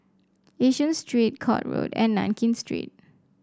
Yishun Street Court Road and Nankin Street